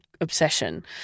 obsession